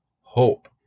hope